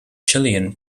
chilean